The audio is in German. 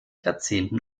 jahrzehnten